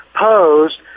posed